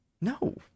no